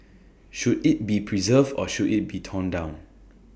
should IT be preserved or should IT be torn down